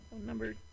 Number